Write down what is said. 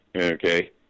okay